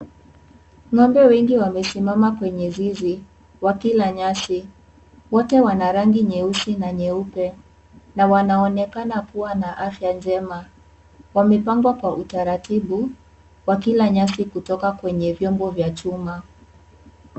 Ng'ombe wengi wamesimama kwenye zizi wakila nyasi. Wote wana rangi nyeusi na nyeupe na wanaonekana kuwa na afya njema. Wamepangwa kwa utaratibu wakila nyasi kutoka kwenye vyombo vya chuma.